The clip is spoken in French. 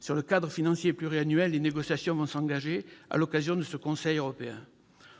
sur le cadre financier pluriannuel à l'occasion de cette réunion du Conseil européen.